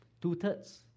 Two-thirds